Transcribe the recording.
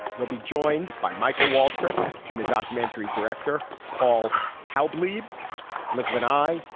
we'll be joined by michael waltrip and the documentary director paul tell bleep blink of an eye.